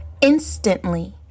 Instantly